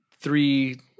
Three